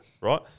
right